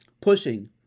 pushing